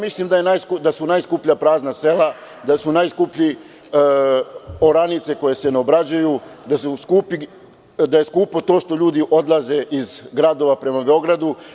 Mislim da su najskuplja prazna sela, da su najskuplje oranice koje se ne obrađuju, da je skupo to što ljudi odlaze iz gradova prema Beogradu.